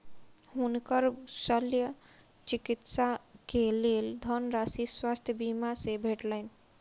हुनकर शल्य चिकित्सा के लेल धनराशि स्वास्थ्य बीमा से भेटलैन